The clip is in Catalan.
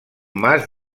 mas